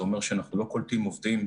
זה אומר שאנחנו לא קולטים עובדים,